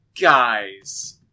guys